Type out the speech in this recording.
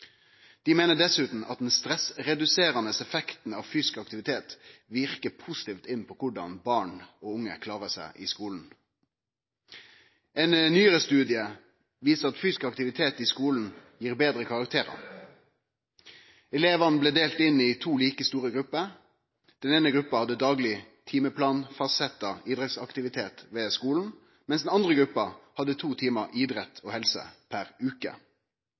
Dei meiner dessutan at den stressreduserande effekten av fysisk aktivitet verkar positivt inn på korleis barn og unge klarer seg i skulen. Ein nyare studie viser at fysisk aktivitet i skulen gjev betre karakterar. Elevane blei delte inn i to like store grupper. Den eine gruppa hadde dagleg timeplanfastsett idrettsaktivitet ved skulen, mens den andre gruppa hadde to timar idrett og helse per